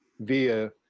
via